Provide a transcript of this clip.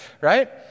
right